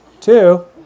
Two